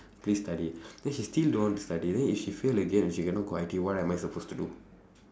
please study then she still don't want to study then if she fail again and she cannot go I_T_E what am I supposed to do